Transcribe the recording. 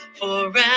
forever